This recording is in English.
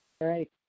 right